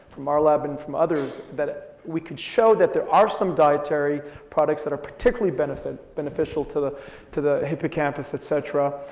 from our lab and from others, that we could show that there are some dietary products that are particularly beneficial beneficial to the to the hippocampus, et cetera.